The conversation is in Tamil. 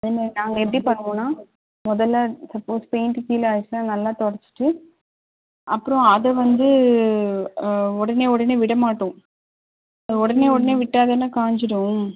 அதே மாதிரி நாங்கள் எப்படி பண்ணுவோன்னால் முதல்ல சப்போஸ் பெயிண்ட்டு கீழே ஆயிடுச்சுன்னா நல்லா துடச்சிட்டு அப்புறம் அதை வந்து உடனே உடனே விட மாட்டோம் அதை உடனே உடனே விட்டால் தானே காஞ்சுடும்